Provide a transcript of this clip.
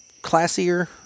classier